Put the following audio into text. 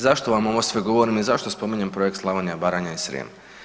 Zašto vam sve ovo govorim i zašto spominjem projekt „Slavonija, Baranja i Srijem“